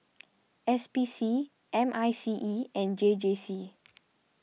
S P C M I C E and J J C